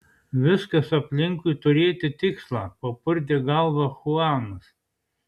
viskas aplinkui turėti tikslą papurtė galvą chuanas